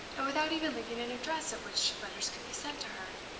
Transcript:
and without even leaving an address at which letters could be sent to her.